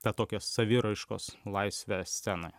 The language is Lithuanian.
ta tokios saviraiškos laisve scenoje